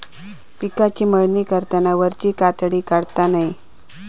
पिकाची मळणी करताना वरची कातडी काढता नये